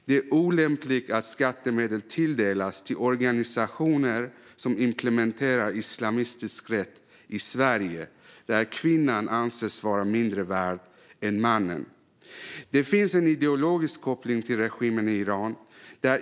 Det är olämpligt att skattemedel tilldelas organisationer som implementerar islamistisk rätt, där kvinnan anses vara mindre värd än mannen, i Sverige. Det finns en ideologisk koppling till regimen i Iran.